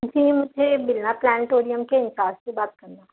جی مجھے برلا پلانٹوریم کے حساب سے بات کرنا